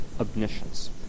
omniscience